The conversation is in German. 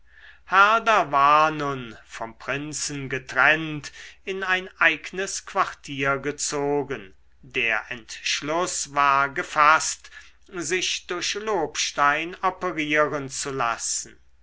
war nun vom prinzen getrennt in ein eignes quartier gezogen der entschluß war gefaßt sich durch lobstein operieren zu lassen